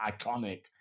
iconic